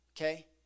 okay